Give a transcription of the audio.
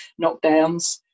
knockdowns